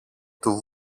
του